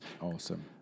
Awesome